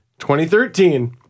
2013